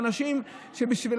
הם אנשים שבשבילם,